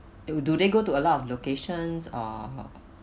do they go to a lot of locations uh